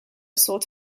sort